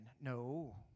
No